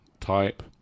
type